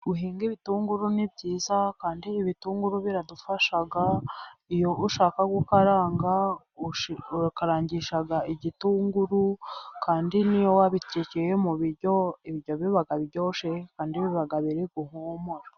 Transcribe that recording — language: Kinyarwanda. Guhinga ibitunguru ni byiza. Kandi ubitunguru biradufasha iyo ushaka gukaranga ukarangisha igitunguru kandi n'iyo wabikekeye mu biryo biba biryoshye kandi biba biriguhumura.